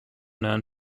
known